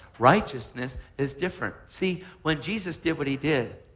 righteousness is different. see, when jesus did what he did,